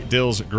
Dills